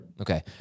Okay